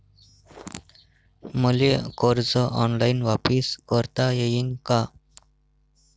मले कर्ज ऑनलाईन वापिस करता येईन का?